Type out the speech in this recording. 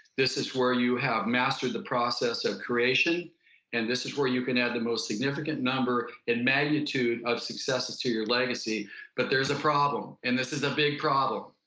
this is where you have mastered the process of creation and this is where you can add the most significant number in magnitude of successes to your legacy but there's a problem, and this is a big problem,